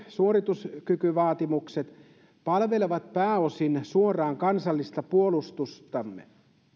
suorituskykyvaatimukset palvelevat pääosin suoraan kansallista puolustustamme